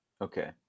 Okay